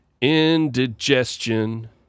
Indigestion